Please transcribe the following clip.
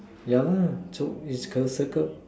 yeah so is a circle